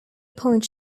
point